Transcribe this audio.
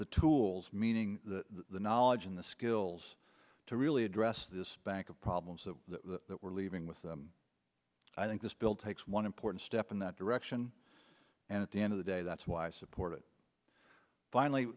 the tools meaning the knowledge in the skills to really address this bank of problems that we're leaving with i think this bill takes one important step in that direction and at the end of the day that's why i support it finally